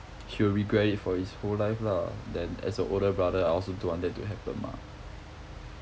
he will regret it for his whole life lah then as a older brother I also don't want that to happen mah